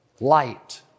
light